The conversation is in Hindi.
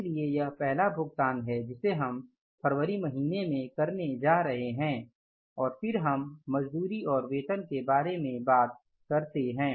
इसलिए यह पहला भुगतान है जिसे हम फरवरी महीने में करने जा रहे हैं और फिर हम मजदूरी और वेतन के बारे में बात करते हैं